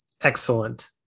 Excellent